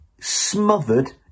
smothered